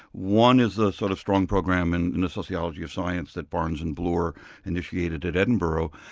one is the sort of strong program in and the sociology of science that barnes and bloor initiated at edinburgh.